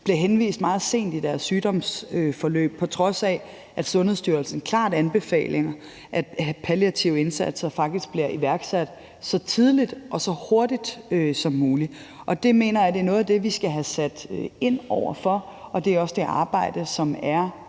bliver henvist meget sent i deres sygdomsforløb, på trods af at Sundhedsstyrelsen klart anbefaler, at palliative indsatser faktisk bliver iværksat så tidligt og så hurtigt som muligt. Det mener jeg er noget af det, vi skal have sat ind over for, og det er også det arbejde, som er